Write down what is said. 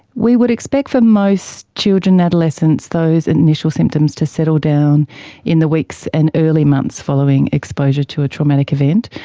we would expect for most children and adolescents those initial symptoms to settle down in the weeks and early months following exposure to a traumatic event.